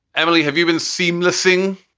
emily. have you been seamless thing?